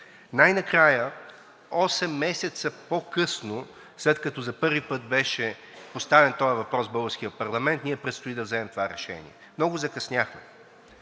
Най-накрая – 8 месеца по-късно, след като за първи път беше поставен този въпрос в българския парламент, предстои ние да вземем това решение. Много закъсняхме!